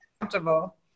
comfortable